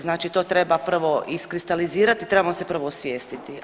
Znači to treba prvo iskristalizirati, trebamo se prvo osvijestiti.